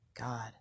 God